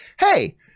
hey